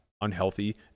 unhealthy